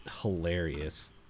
hilarious